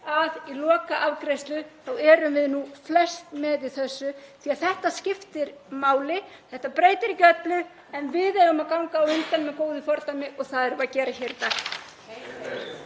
að í lokaafgreiðslu erum við nú flest með í þessu, því að þetta skiptir máli. Þetta breytir ekki öllu en við eigum að ganga á undan með góðu fordæmi og það erum við að gera hér í dag.